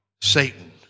Satan